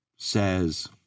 Says